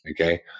okay